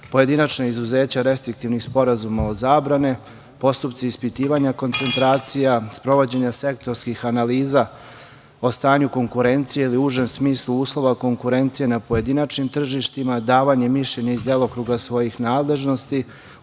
pojedinačna izuzeća restriktivnih sporazuma od zabrane, postupci ispitivanja koncentracija, sprovođenja sektorskih analiza o stanju konkurencije ili u užem smislu uslova konkurencije nad pojedinačnim tržištima, davanje mišljenja iz delokruga svojih nadležnosti,